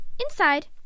Inside